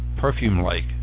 perfume-like